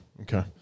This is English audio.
okay